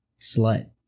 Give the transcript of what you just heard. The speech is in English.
slut